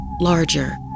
larger